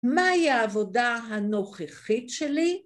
‫מהי העבודה הנוכחית שלי?